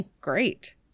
great